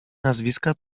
nazwiska